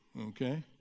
okay